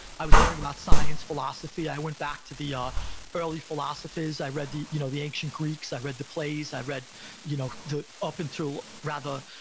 i was learning about science, philosophy. i went back to the ah early philosophers. i read the you know the ancient greeks. i read the plays. i read you know up until, rather,